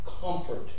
comfort